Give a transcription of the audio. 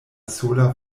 sola